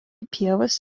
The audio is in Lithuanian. pievos